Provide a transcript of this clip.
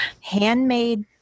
handmade